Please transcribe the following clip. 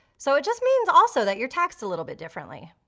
so it just means also that you're taxed a little bit differently.